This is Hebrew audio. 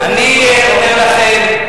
אני אומר לכם,